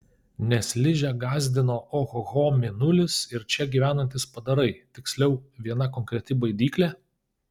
nes ližę gąsdino ohoho mėnulis ir čia gyvenantys padarai tiksliau viena konkreti baidyklė